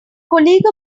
colleague